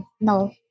No